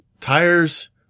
Tires